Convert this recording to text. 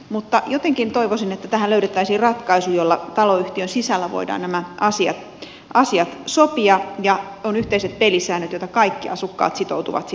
mutta jotenkin toivoisin että tähän löydettäisiin ratkaisu jolla taloyhtiön sisällä voidaan nämä asiat sopia ja on yhteiset pelisäännöt joita kaikki asukkaat sitoutuvat noudattamaan